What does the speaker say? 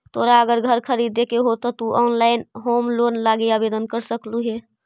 तोरा अगर घर खरीदे के हो त तु ऑनलाइन होम लोन लागी आवेदन कर सकलहुं हे